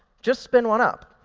just spin one up.